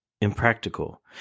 impractical